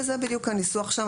וזה בדיוק הניסוח שם.